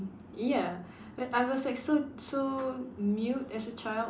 ya I I was like so so mute as a child